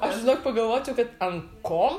aš žinok pagalvočiau kad ant ko